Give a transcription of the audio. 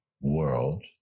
world